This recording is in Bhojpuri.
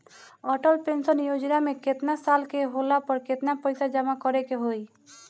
अटल पेंशन योजना मे केतना साल के होला पर केतना पईसा जमा करे के होई?